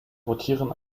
rotieren